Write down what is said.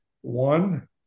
One